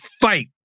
fight